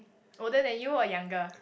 older than you or younger